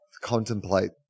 contemplate